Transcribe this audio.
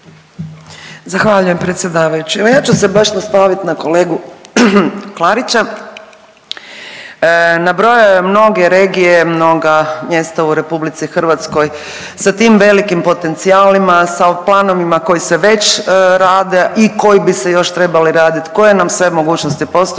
Zahvaljujem predsjedavajući. Evo ja ću se baš nastavit na kolegu Klarića. Nabrojao je mnoge regije, mnoga mjesta u Republici Hrvatskoj, sa tim velikim potencijalima, sa planovima koji se već rade i koji bi se još trebali raditi, koje nam sve mogućnosti postojale.